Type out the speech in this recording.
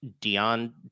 Dion